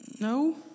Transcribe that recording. no